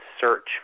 search